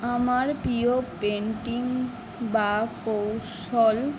আমার প্রিয় পেন্টিং বা কৌশল